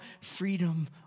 freedom